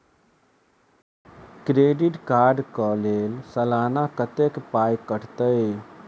Credit card कऽ लेल सलाना कत्तेक पाई कटतै?